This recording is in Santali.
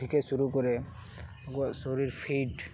ᱛᱷᱮᱠᱮ ᱥᱩᱨᱩ ᱠᱚᱨᱮ ᱩᱱᱠᱩᱭᱟᱜ ᱥᱚᱨᱤᱨ ᱯᱷᱤᱴ